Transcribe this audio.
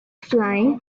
flying